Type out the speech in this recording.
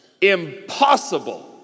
Impossible